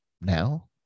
Now